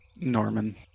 Norman